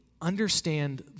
understand